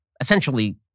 essentially